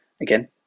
again